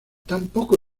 tampoco